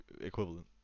equivalent